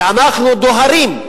אנחנו דוהרים,